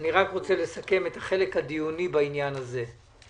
אני רוצה לסכם את החלק הדיוני בעניין הזה.